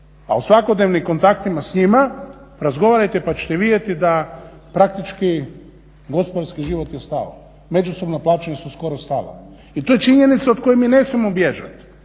a u svakodnevnim kontaktima s njima razgovarajte pa ćete vidjeti da praktički gospodarski život je stao, međusobno … su skoro stali i to je činjenica od koje mi ne smijemo bježat